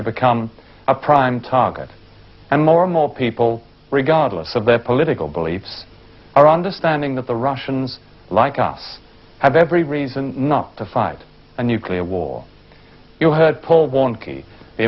to become a prime target and more and more people regardless of their political beliefs are understanding that the russians like us have every reason not to fight a nuclear war you heard paul